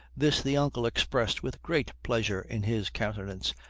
this the uncle expressed with great pleasure in his countenance,